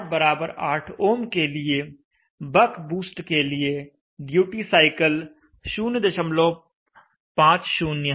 R08 ohm के लिए buck boost के लिए ड्यूटी साइकिल 050 है